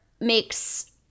makes